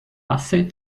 hace